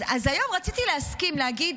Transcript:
אז היום רציתי להסכים, להגיד: